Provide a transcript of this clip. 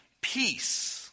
peace